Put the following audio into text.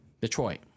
Detroit